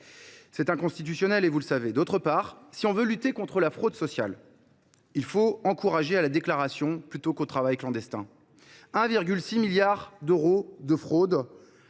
C’est inconstitutionnel, et vous le savez. D’autre part, si l’on veut lutter contre la fraude sociale, il faut encourager la déclaration plutôt que le travail clandestin. Ainsi, sur les 1,6 milliard d’euros de fraudes